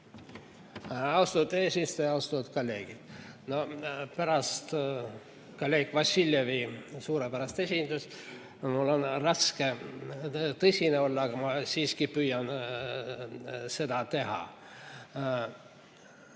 Austatud eesistuja! Austatud kolleegid! Pärast kolleeg Vassiljevi suurepärast esinemist on mul raske tõsine olla, aga ma siiski püüan seda teha.